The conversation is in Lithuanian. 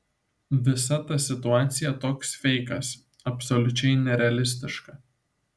visa ta situacija toks feikas absoliučiai nerealistiška